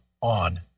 on